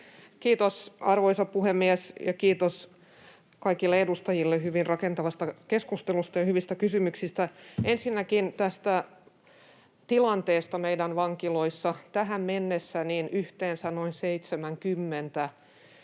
Kiitos, arvoisa puhemies! Ja kiitos kaikille edustajille hyvin rakentavasta keskustelusta ja hyvistä kysymyksistä. Ensinnäkin tästä tilanteesta meidän vankiloissa: Tähän mennessä yhteensä noin 70